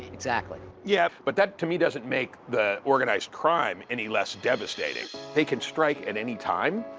exactly. yeah, but that, to me, doesn't make the organized crime any less devastating. they can strike at any time.